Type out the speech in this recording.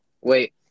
Wait